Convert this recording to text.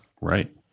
Right